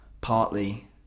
partly